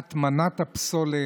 הטמנת הפסולת.